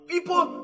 People